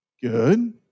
Good